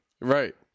right